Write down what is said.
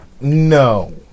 No